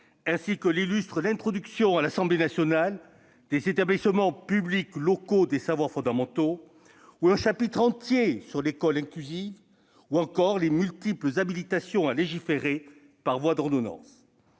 ainsi que l'illustrent l'introduction à l'Assemblée nationale des établissements publics locaux des savoirs fondamentaux, un chapitre entier sur l'école inclusive ou encore les multiples habilitations à légiférer par voie d'ordonnance.